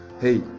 hey